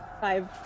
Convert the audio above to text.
Five